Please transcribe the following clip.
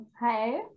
Hi